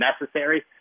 necessary